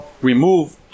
remove